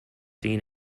seen